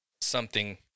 something-